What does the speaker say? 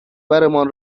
برمان